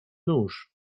nóż